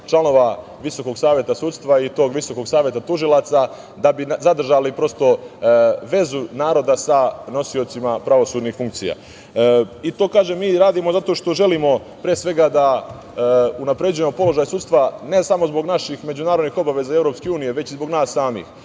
članova VSS i tog Visokog saveta tužilaca, da bi zadržali prosto vezu naroda sa nosiocima pravosudnih funkcija. To radimo zato što želimo, pre svega, da unapređujemo položaj sudstva, ne samo zbog naših međunarodnih obaveza i EU, već i zbog nas